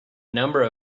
number